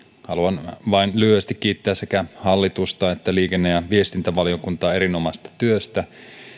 haluan vain lyhyesti kiittää sekä hallitusta että liikenne ja viestintävaliokuntaa erinomaisesta työstä